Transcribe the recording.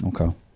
okay